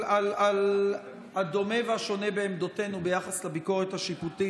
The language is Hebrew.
על הדומה והשונה בעמדותינו ביחס לביקורת השיפוטית